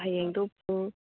ꯍꯌꯦꯡꯗꯣ ꯄꯨꯡ